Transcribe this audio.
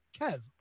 Kev